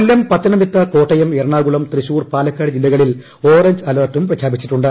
കൊല്ലം പത്തനംതിട്ട കോട്ടയം എറണാകുളം തൃശൂർ പാലക്കാട് ജില്ലകളിൽ ഓറഞ്ച് അലെർട്ടും പ്രഖ്യാപിച്ചിട്ടുണ്ട്